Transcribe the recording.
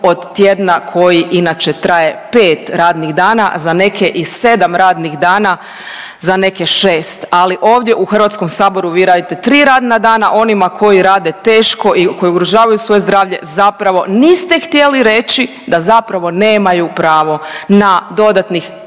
od tjedna koji inače traje 5 radnih dana, a za neke i 7 radnih dana, za neke 6. Ali, ovdje u HS-u vi radite 3 radna dana onima koji rade teško i koji ugrožavaju svoje zdravlje zapravo niste htjeli reći da zapravo nemaju pravo na dodatnih